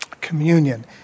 Communion